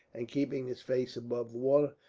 and keeping his face above water,